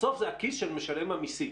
בסוף זה הכיס של משלם המיסים